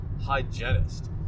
hygienist